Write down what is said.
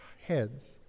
heads